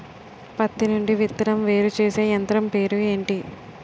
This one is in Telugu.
పత్తి నుండి విత్తనం వేరుచేసే యంత్రం పేరు ఏంటి